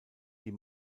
die